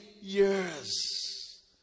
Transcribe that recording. years